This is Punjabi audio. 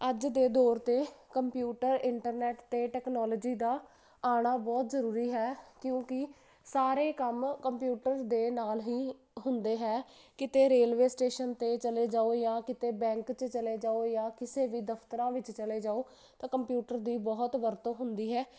ਅੱਜ ਦੇ ਦੌਰ ਤੇ ਕੰਪਿਊਟਰ ਇੰਟਰਨੈਟ ਤੇ ਟੈਕਨੋਲੋਜੀ ਦਾ ਆਉਣਾ ਬਹੁਤ ਜਰੂਰੀ ਹੈ ਕਿਉਂਕਿ ਸਾਰੇ ਕੰਮ ਕੰਪਿਊਟਰ ਦੇ ਨਾਲ ਹੀ ਹੁੰਦੇ ਹੈ ਕਿਤੇ ਰੇਲਵੇ ਸਟੇਸ਼ਨ ਤੇ ਚਲੇ ਜਾਓ ਜਾਂ ਕਿਤੇ ਬੈਂਕ 'ਚ ਚਲੇ ਜਾਓ ਜਾਂ ਕਿਸੇ ਵੀ ਦਫਤਰਾਂ ਵਿੱਚ ਚਲੇ ਜਾਓ ਤਾਂ ਕੰਪਿਊਟਰ ਦੀ ਬਹੁਤ ਵਰਤੋਂ ਹੁੰਦੀ ਹੈ